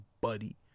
buddy